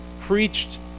preached